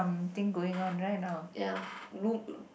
ya